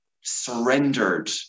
surrendered